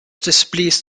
displeased